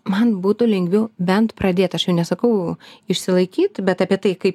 man būtų lengviau bent pradėt aš jau nesakau išsilaikyt bet apie tai kaip